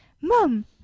Mom